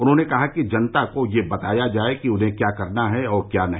उन्होंने कहा कि जनता को यह बताया जाये कि उन्हें क्या करना है और क्या नहीं